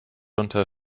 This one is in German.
unter